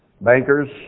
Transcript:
bankers